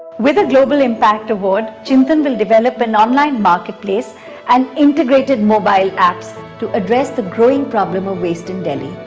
with a global impact award, chintan will develop an online marketplace and integrated mobile apps to address the growing problem of waste in delhi.